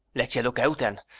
let you look out, then!